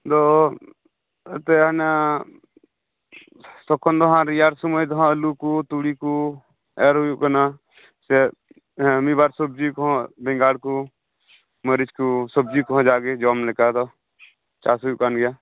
ᱫᱚ ᱮᱱᱛᱮᱫ ᱚᱱᱟ ᱛᱚᱠᱷᱚᱱ ᱫᱚ ᱱᱟᱦᱟᱸᱜ ᱨᱮᱭᱟᱲ ᱥᱚᱢᱚᱭ ᱫᱚ ᱦᱟᱸᱜ ᱟᱹᱞᱩ ᱠᱚ ᱛᱩᱲᱤ ᱠᱚ ᱮᱨ ᱦᱩᱭᱩᱜ ᱠᱟᱱᱟ ᱥᱮ ᱢᱤᱫᱼᱵᱟᱨ ᱥᱚᱵᱽᱡᱤ ᱠᱚᱦᱚᱸ ᱵᱮᱸᱜᱟᱲ ᱠᱚ ᱢᱟᱹᱨᱤᱪ ᱠᱚ ᱥᱚᱵᱽᱡᱤ ᱠᱚᱦᱚᱸ ᱡᱟ ᱜᱮ ᱡᱚᱢ ᱞᱮᱠᱟ ᱫᱚ ᱪᱟᱥ ᱦᱩᱭᱩᱜ ᱠᱟᱱ ᱜᱮᱭᱟ